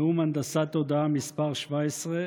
נאום הנדסת תודעה מס' 17,